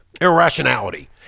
irrationality